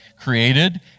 created